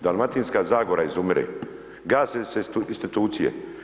Dalmatinska zagora izumire, gase se institucije.